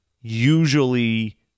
usually